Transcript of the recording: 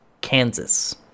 Kansas